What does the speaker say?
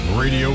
Radio